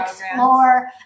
Explore